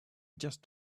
just